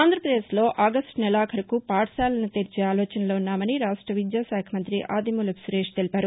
ఆంధ్రప్రదేశ్లో ఆగస్టు నెలాఖరుకు పాఠశాలలను తెరిచే ఆలోచనలో ఉన్నామని రాష్ట విద్యా శాఖ మంతి ఆదిమూలపు సురేష్ తెలిపారు